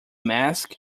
mask